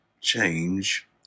change